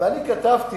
הייתי צעיר.